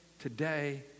today